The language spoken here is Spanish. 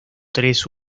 tres